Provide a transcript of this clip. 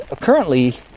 currently